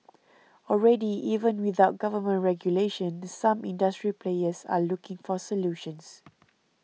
already even without government regulation some industry players are looking for solutions